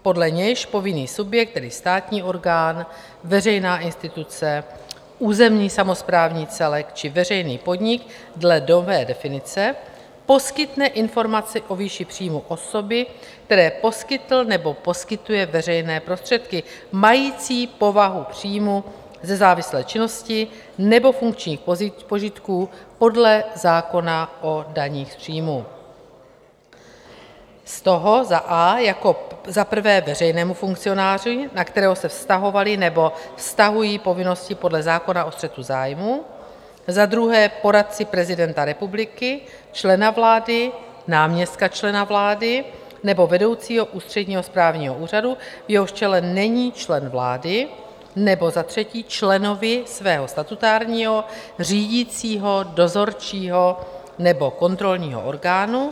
Podle něj povinný subjekt, veřejná instituce, územní samosprávní celek či veřejný podnik dle nové definice poskytne informaci o výši příjmu osoby, které poskytl nebo poskytuje veřejné prostředky mající povahu příjmu ze závislé činnosti nebo funkčních požitků podle zákona o daních z příjmu, z toho: a) za prvé veřejnému funkcionáři, na kterého se vztahovaly nebo vztahují povinnosti podle zákona o střetu zájmů, za druhé poradci prezidenta republiky, člena vlády, náměstka člena vlády nebo vedoucího ústředního správního úřadu, v jehož čele není člen vlády, za třetí členovi svého statutárního, řídícího, dozorčího nebo kontrolního orgánu;